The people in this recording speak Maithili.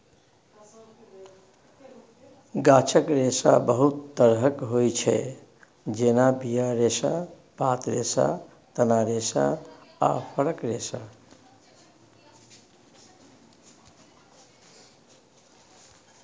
गाछक रेशा बहुत तरहक होइ छै जेना बीया रेशा, पात रेशा, तना रेशा आ फरक रेशा